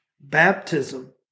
baptism